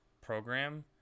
program